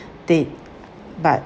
they but